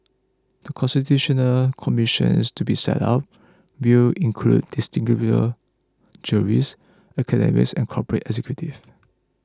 The Constitutional Commission is to be set up will include distinguished jurists academics and corporate executives